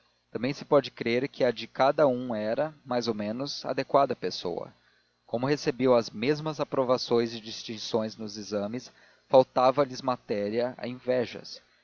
também se pode crer que a de cada um era mais ou menos adequada à pessoa como recebiam as mesmas aprovações e distinções nos exames faltava-lhes matéria a invejas